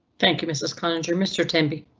thank you mrs. conjure mr tim be.